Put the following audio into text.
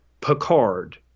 Picard